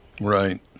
Right